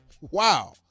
Wow